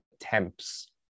attempts